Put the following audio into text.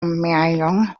myeon